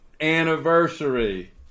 anniversary